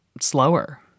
slower